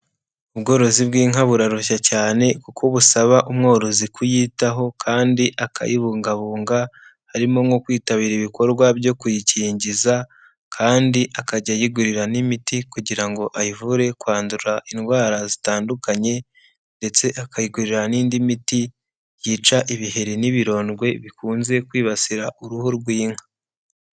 Ubworozi bw'inka burarushya cyane kuko busaba umworozi kuyitaho kandi akayibungabunga, harimo nko kwitabira ibikorwa byo kuyikingiza kandi akajya ayigurira n'imiti kugira ngo ayivure kwandura indwara zitandukanye ndetse akayigurira n'indi miti yica ibiheri n'ibirondwe bikunze kwibasira uruhu rw'inka.